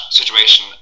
situation